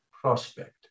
prospect